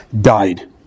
died